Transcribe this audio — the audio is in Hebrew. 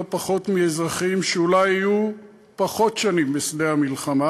פחות מאזרחים שאולי היו פחות שנים בשדה המלחמה,